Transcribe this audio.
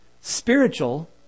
spiritual